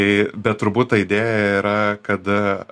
tai bet turbūt ta idėja yra kad